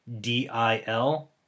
D-I-L